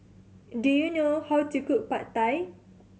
do you know how to cook Pad Thai